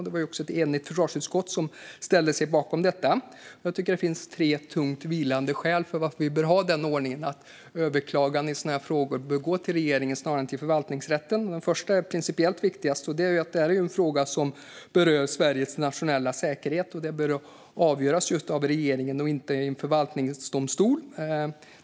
Det var också ett enigt försvarsutskott som ställde sig bakom detta. Det finns tre tungt vägande skäl för att vi bör ha den ordningen, det vill säga att överklaganden i sådana frågor bör gå till regeringen snarare än till förvaltningsrätten. Det första skälet är principiellt viktigast, nämligen att detta är en fråga som berör Sveriges nationella säkerhet och därför bör avgöras av regeringen och inte i en förvaltningsdomstol.